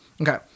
Okay